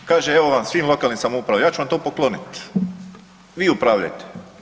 Kaže evo vam svim lokalnim samoupravama, ja ću vam to poklonit, vi upravljajte.